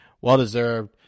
well-deserved